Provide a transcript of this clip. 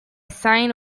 sign